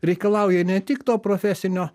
reikalauja ne tik to profesinio